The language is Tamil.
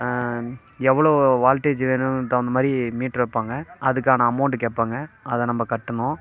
எவ்வளோ வால்டேஜ் வேணும் தகுந்தமாதிரி மீட்ரு வைப்பாங்க அதுக்கான அமௌண்டு கேட்பாங்க அதை நம்ம கட்டணும்